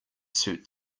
suit